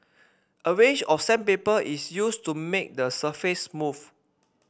a range of sandpaper is used to make the surface smooth